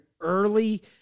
early